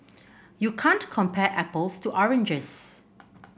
you can't compare apples to oranges